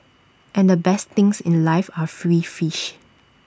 and the best things in life are free fish